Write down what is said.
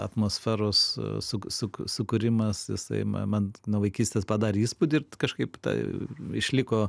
atmosferos suk suk sukūrimas jisai man nuo vaikystės padarė įspūdį ir kažkaip tai išliko